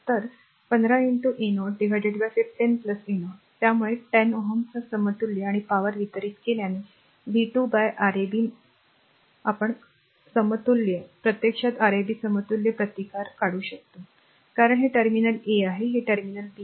तर 15a015 a0 त्यामुळे 10 Ω च्या समतुल्य आणि por वितरित केल्याने v2 Rab माहित आहे कारण समतुल्य हे प्रत्यक्षात Rabसमतुल्य प्रतिकार आहे कारण हे टर्मिनल a आहे हे टर्मिनल b आहे